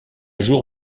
jour